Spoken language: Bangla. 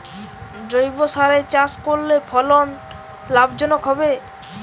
জৈবসারে চাষ করলে ফলন লাভজনক হবে?